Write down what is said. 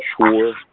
sure